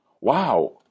Wow